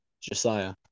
Josiah